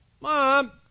Mom